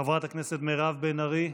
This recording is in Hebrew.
חברת הכנסת מירב בן ארי,